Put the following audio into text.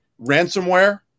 ransomware